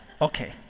Okay